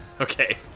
Okay